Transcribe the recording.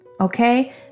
Okay